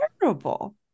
terrible